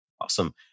Awesome